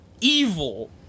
evil